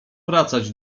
wracać